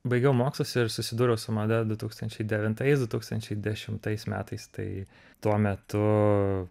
baigiau mokslus ir susidūriau su mada du tūkstančiai devintais du tūkstančiai dešimtais metais tai tuo metu